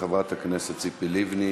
חברת הכנסת ציפי לבני.